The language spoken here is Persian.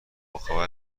خبر